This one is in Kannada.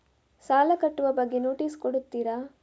ಸಾಲ ಕಟ್ಟುವ ಬಗ್ಗೆ ನೋಟಿಸ್ ಕೊಡುತ್ತೀರ?